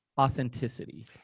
authenticity